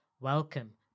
Welcome